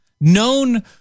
known